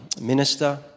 minister